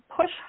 push